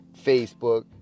Facebook